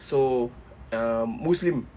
so um muslim